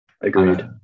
Agreed